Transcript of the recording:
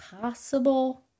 possible